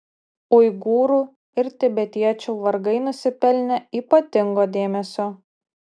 uigūrų ir tibetiečių vargai nusipelnė ypatingo dėmesio